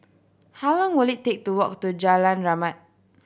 how long will it take to walk to Jalan Rahmat